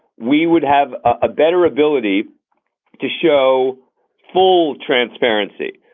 we would have a better ability to show full transparency.